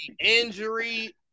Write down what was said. injury